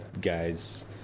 guys